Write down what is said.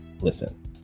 listen